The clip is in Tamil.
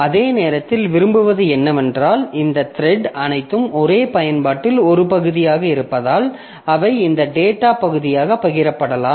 அதே நேரத்தில் விரும்புவது என்னவென்றால் இந்த த்ரெட் அனைத்தும் ஒரே பயன்பாட்டின் ஒரு பகுதியாக இருப்பதால் அவை இந்த டேட்டா பகுதியாக பகிரப்படலாம்